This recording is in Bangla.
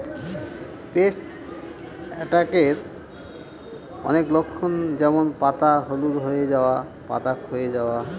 পেস্ট অ্যাটাকের অনেক লক্ষণ হয় যেমন পাতা হলুদ হয়ে যাওয়া, পাতা ক্ষয়ে যাওয়া